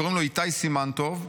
שקוראים לו איתי סימן טוב,